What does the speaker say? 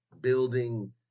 building